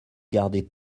gardait